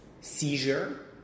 seizure